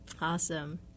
Awesome